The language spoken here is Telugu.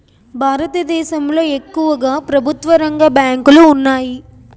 భారతదేశంలో ఎక్కువుగా ప్రభుత్వరంగ బ్యాంకులు ఉన్నాయి